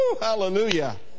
hallelujah